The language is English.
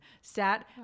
sat